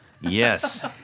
Yes